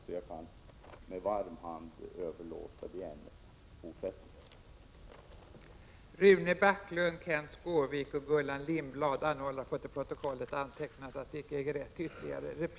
Jag kan med varm hand överlåta det ämnet till den fortsatta debatten.